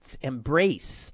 embrace